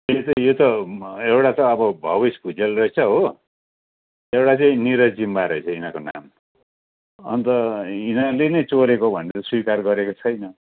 यो चाहिँ यो त एउटा त अब भबिस भुजेल रहेछ हो एउटा चाहिँ निरज जिम्बा रहेछ यिनीहरूको नाम अन्त यिनीहरूले नै चोरेको भनेर स्वीकार गरेको छैन